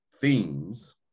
themes